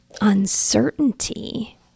uncertainty